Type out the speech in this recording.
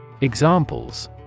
Examples